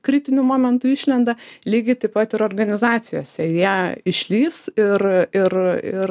kritiniu momentu išlenda lygiai taip pat ir organizacijose jie išlįs ir ir ir